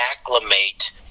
acclimate